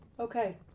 Okay